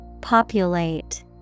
Populate